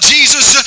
Jesus